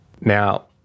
Now